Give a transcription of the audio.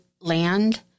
land